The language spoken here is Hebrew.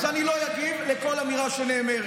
אז אני לא אגיב על כל אמירה שנאמרת.